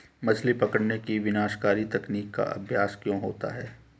मछली पकड़ने की विनाशकारी तकनीक का अभ्यास क्यों होता है?